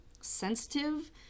sensitive